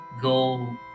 go